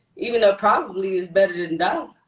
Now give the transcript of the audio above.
even though probably is better than no.